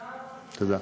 תודה.